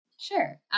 Sure